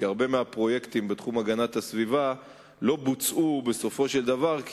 כי הרבה מהפרויקטים בתחום הגנת הסביבה לא בוצעו בסופו של דבר כי